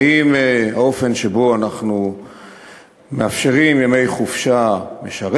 האם האופן שבו אנחנו מאפשרים ימי חופשה משרת